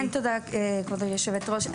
תודה, כבוד היושבת-ראש.